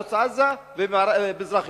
ברצועת-עזה ובמזרח-ירושלים.